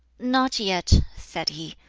not yet, said he.